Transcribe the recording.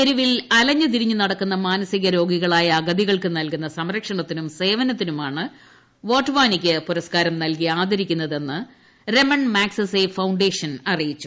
തെരുവിൽ അലഞ്ഞ് തിരിഞ്ഞ് നടക്കുന്ന മാനസിക രോഗികളായ അഗതികൾക്ക് നൽകുന്ന സംരക്ഷണത്തിനും സേവനത്തിനുമാണ് വാട്ട് വാനിയ്ക്ക് പുരസ്കാരം നൽകി ആദരിക്കുന്നതെന്ന് രമൺ മാഗ്സസെ ഫൌഡേഷൻ അറിയിച്ചു